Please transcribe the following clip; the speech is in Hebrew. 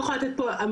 כי זה פשוט לא נכון,